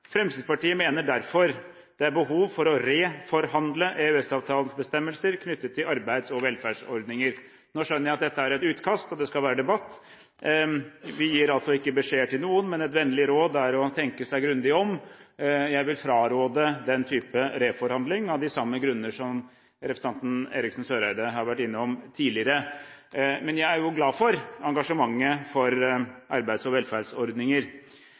Fremskrittspartiet mener derfor det er behov for å reforhandle EØS-avtalens bestemmelser knyttet til arbeids- og velferdsordninger.» Jeg skjønner at dette er et utkast, og det skal være debatt. Vi gir altså ikke beskjeder til noen, men et vennlig råd er å tenke seg grundig om. Jeg vil fraråde den type «reforhandling» av de samme grunner som representanten Eriksen Søreide har vært innom tidligere, men jeg er jo glad for engasjementet for arbeids- og velferdsordninger!